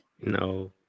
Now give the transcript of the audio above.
No